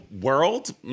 world